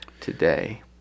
today